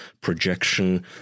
projection